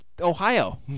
Ohio